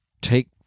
take